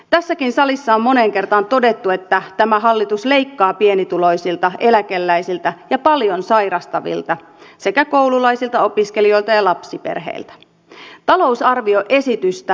tässäkin salissa on moneen kertaan todettu että tämä hallitus leikkaa pienituloisilta eläkeläisiltä ja paljon sairastavilta sekä koululaisilta opiskelijoilta ja lapsiperheiltä